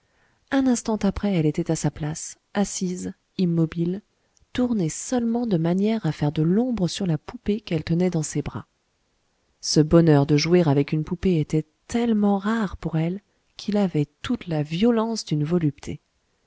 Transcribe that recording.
un instant après elle était à sa place assise immobile tournée seulement de manière à faire de l'ombre sur la poupée qu'elle tenait dans ses bras ce bonheur de jouer avec une poupée était tellement rare pour elle qu'il avait toute la violence d'une volupté